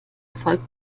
folgt